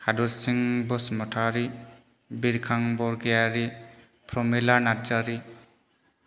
हादरसिं बसुमतारी बिरखां बरगयारि प्रमिला नार्जारि